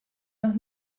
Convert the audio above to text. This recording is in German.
noch